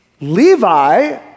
Levi